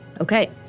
Okay